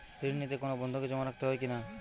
ঋণ নিতে কোনো বন্ধকি জমা রাখতে হয় কিনা?